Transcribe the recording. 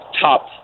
top